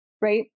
right